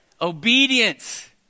Obedience